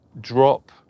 drop